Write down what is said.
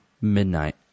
midnight